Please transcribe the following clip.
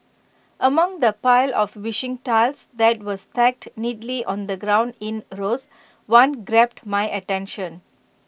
among the pile of wishing tiles that were stacked neatly on the ground in rows one grabbed my attention